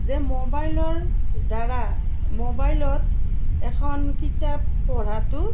যে ম'বাইলৰ দ্বাৰা ম'বাইলত এখন কিতাপ পঢ়াতো